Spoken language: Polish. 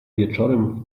wieczorem